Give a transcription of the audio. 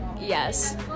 Yes